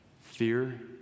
Fear